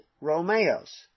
Romeos